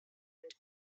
and